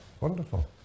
wonderful